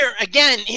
again